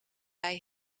bij